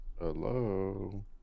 Hello